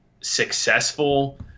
successful